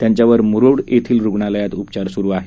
त्यांच्यावर मुरूड येथील रुग्णालयात उपचार सुरू आहेत